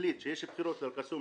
החליט שיש בחירותך לאל קסום,